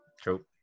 true